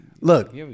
Look